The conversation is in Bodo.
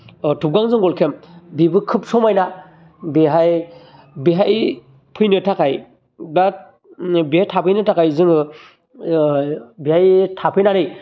थबगां जंगल केम्प बेबो खोब समायना बेहाय बेहाय फैनो थाखाय बा बेहाय थाफैनो थाखाय जोङो बेहाय थाफैनानै